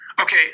Okay